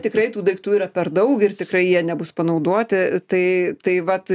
tikrai tų daiktų yra per daug ir tikrai jie nebus panaudoti tai tai vat